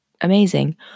amazing